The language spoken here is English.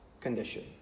condition